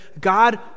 God